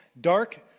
dark